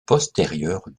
postérieure